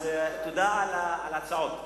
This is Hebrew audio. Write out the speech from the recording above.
תודה על ההצעות.